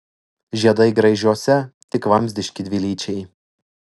žiedai graižuose tik vamzdiški dvilyčiai